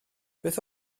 beth